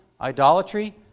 idolatry